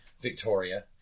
Victoria